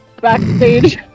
backstage